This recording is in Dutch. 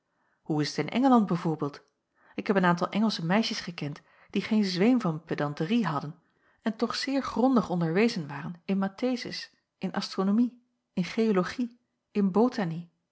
hoe is t in engeland bij voorbeeld ik heb een aantal engelsche meisjes gekend die geen zweem van pedanterie hadden en toch zeer grondig onderwezen waren in mathesis in astronomie in geologie in